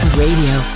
radio